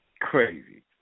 Crazy